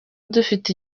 dufite